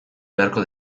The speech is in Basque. beharko